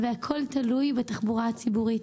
והכול תלוי בתחבורה הציבורית.